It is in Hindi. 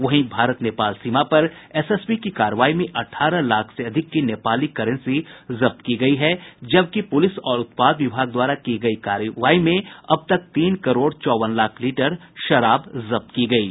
वहीं भारत नेपाल सीमा पर एसएसबी की कार्रवाई में अठारह लाख से अधिक की नेपाली करेंसी जब्त की गयी है जबकि पुलिस और उत्पाद विभाग द्वारा की गयी कार्रवाई में अब तक तीन करोड़ चौवन लाख लीटर शराब जब्त की गयी है